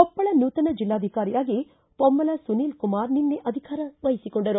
ಕೊಪ್ಪಳ ನೂತನ ಜಿಲ್ಲಾಧಿಕಾರಿಯಾಗಿ ಪೊಮ್ಮಲ ಸುನೀಲ್ಕುಮಾರ ನಿನ್ನೆ ಅಧಿಕಾರ ವಹಿಸಿಕೊಂಡರು